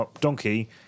Donkey